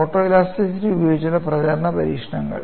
photoelasticity ഉപയോഗിച്ചുള്ള പ്രചാരണ പരീക്ഷണങ്ങൾ